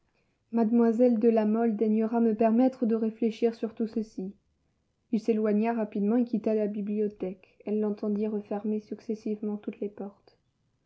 mademoiselle de la mole daignera me permettre de réfléchir sur tout ceci il s'éloigna rapidement et quitta la bibliothèque elle l'entendit refermer successivement toutes les portes